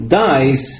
dies